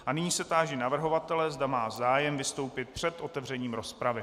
A nyní se táži navrhovatele, zda má zájem vystoupit před otevřením rozpravy.